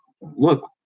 look